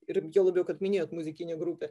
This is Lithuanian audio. ir juo labiau kad minėjot muzikinę grupę